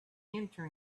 either